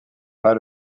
pas